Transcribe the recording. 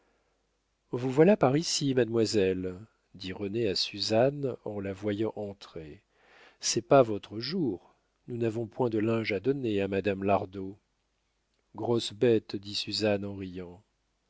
vous voilà par ici mademoiselle dit rené à suzanne en la voyant entrer c'est pas votre jour nous n'avons point de linge à donner à madame lardot grosse bête dit suzanne en riant